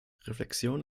reflexion